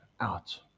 out